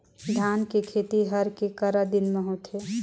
धान के खेती हर के करा दिन म होथे?